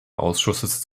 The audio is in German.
ausschusses